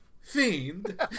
fiend